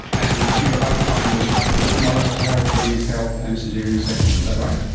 and your outcome was mothers' health, babies' health and caesarean section, is that right?